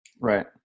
right